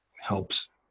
helps